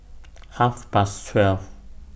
Half Past twelve